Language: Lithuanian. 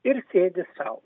ir sėdi sau